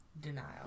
denial